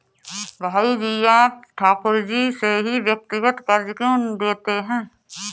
भाई जी आप ठाकुर जी से ही व्यक्तिगत कर्ज क्यों लेते हैं?